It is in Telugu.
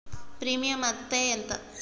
ప్రీమియం అత్తే ఎంత?